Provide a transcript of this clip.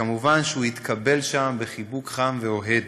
ומובן שהוא התקבל שם בחיבוק חם ואוהד.